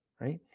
Right